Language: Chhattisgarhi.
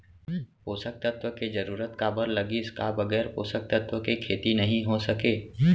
पोसक तत्व के जरूरत काबर लगिस, का बगैर पोसक तत्व के खेती नही हो सके?